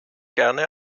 gerne